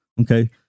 Okay